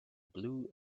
blue